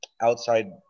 outside